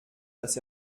dass